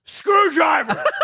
Screwdriver